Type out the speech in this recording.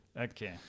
Okay